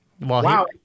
wow